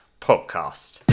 podcast